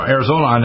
Arizona